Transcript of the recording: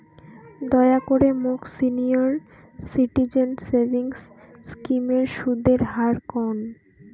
দয়া করে মোক সিনিয়র সিটিজেন সেভিংস স্কিমের সুদের হার কন